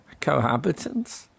cohabitants